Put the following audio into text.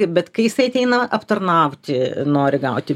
bet kai jisai ateina aptarnauti nori gauti